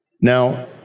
Now